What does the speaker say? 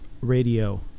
radio